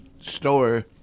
store